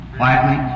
quietly